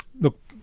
look